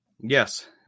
yes